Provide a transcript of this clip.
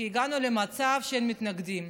כי הגענו למצב שאין מתנגדים.